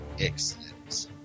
Excellent